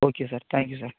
okay sir thank you sir